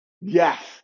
yes